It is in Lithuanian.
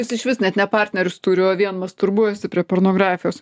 jis išvis net ne partnerius turiu o vien masturbuojasi prie pornografijos